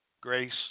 grace